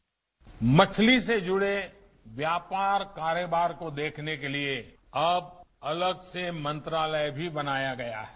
bite मछली से जुड़े व्यापार कारोबार को देखने के लिए अब अलग से मंत्रालय भी बनाया गया है